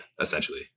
essentially